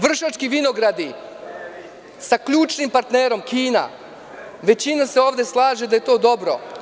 Vršački vinogradi sa ključnim partnerom Kinom, većina se slaže da je to dobro.